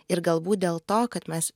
ir galbūt dėl to kad mes